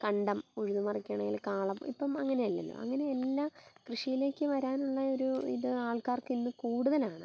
കണ്ടം ഉഴുത് മറിക്കണേൽ കാള ഇപ്പം അങ്ങനെയല്ലല്ലോ അങ്ങനെയെല്ലാ കൃഷിയിലേക്ക് വരാനുള്ള ഒരു ഇത് ആൾക്കാർക്കിന്ന് കൂടുതലാണ്